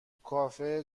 کافه